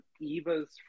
Eva's